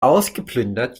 ausgeplündert